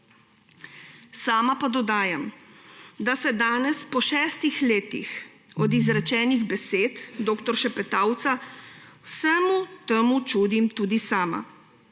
Sama pa dodajam, da se danes po šestih letih od izrečenih besed dr. Šepetavca vsemu temu čudim tudi sama.